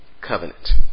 Covenant